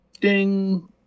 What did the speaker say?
ding